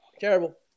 Terrible